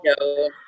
No